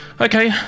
Okay